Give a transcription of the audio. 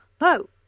No